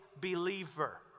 believer